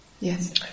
Yes